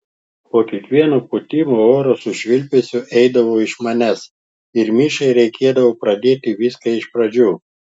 po kiekvieno pūtimo oras su švilpesiu eidavo iš manęs ir mišai reikėdavo pradėti viską iš pradžių